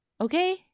Okay